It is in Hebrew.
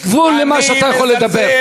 יש גבול למה שאתה יכול לדבר.